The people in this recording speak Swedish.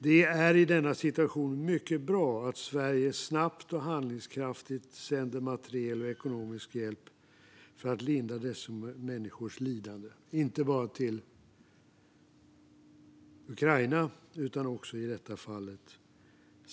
Det är i denna situation mycket bra att Sverige snabbt och handlingskraftigt sänder materiel och ekonomisk hjälp för att lindra dessa människors lidande.